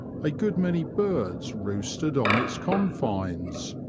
a good many birds roosted on its confines,